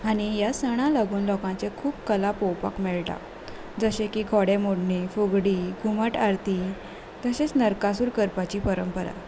आनी ह्या सणां लागून लोकांचे खूब कला पळोवपाक मेळटा जशें की घोडे मोडणी फुगडी घुमट आरती तशेंच नरकासूर करपाची परंपरा